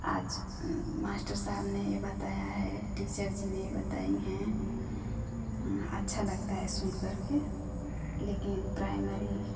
आज मास्टर साहब ने यह बताया है टीचर जी ने यह बताई हैं अच्छा लगता है सुन करके लेकिन प्राइमरी